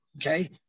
Okay